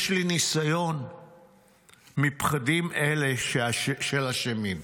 יש לי ניסיון מפחדים כאלה של אשמים,